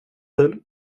ful